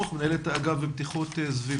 מנהלת חטיבת החינות ברשות הלאומית לבטיחות בדרכים,